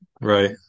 Right